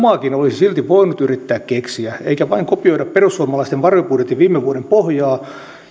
silti voinut yrittää keksiä eikä vain kopioida perussuomalaisten varjobudjetin viime vuoden pohjaa